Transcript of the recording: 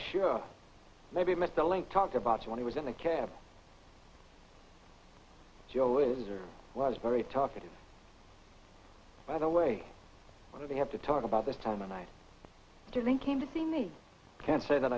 sure maybe metalink talked about when he was in the cab joe is or was very talkative by the way what are they have to talk about this time and i didn't came to see me i can't say that